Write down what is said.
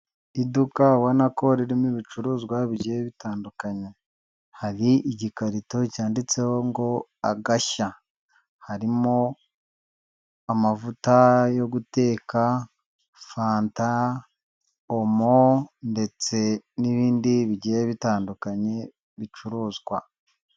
Iduka ubona ko ririmo ibicuruzwa bigiye bitandukanye, hari igikarito cyanditseho ngo Agashya, harimo amavuta yo guteka, fanta, omo ndetse n'ibindi bigiye bitandukanye bicuruzwa.